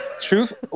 truth